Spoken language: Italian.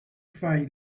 fai